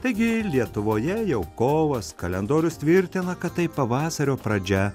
taigi lietuvoje jau kovas kalendorius tvirtina kad tai pavasario pradžia